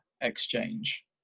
exchange